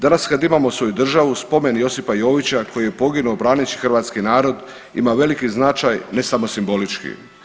Danas kad imamo svoju državu, spomen Josipa Jovića koji je poginuo braneći hrvatski narod, ima veliki značaj, ne samo simbolički.